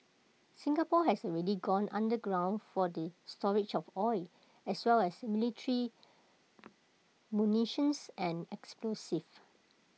Singapore has already gone underground for the storage of oil as well as military munitions and explosives